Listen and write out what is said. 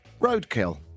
roadkill